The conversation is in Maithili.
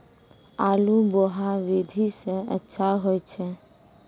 आलु बोहा विधि सै अच्छा होय छै?